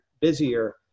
busier